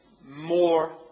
more